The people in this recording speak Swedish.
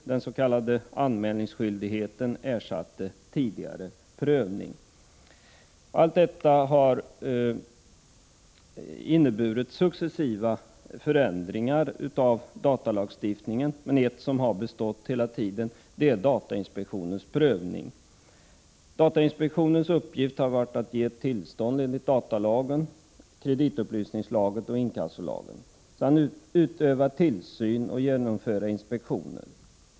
Den s.k. anmälningsskyldigheten ersatte tidigare prövning. Allt detta har inneburit successiva förändringar av datalagstiftningen, men något som har bestått hela tiden är datainspektionens prövning. Datainspektionens uppgift har varit att ge tillstånd enligt datalagen, kreditupplysningslagen och inkassolagen samt utöva tillsyn och genomföra inspektioner.